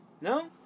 No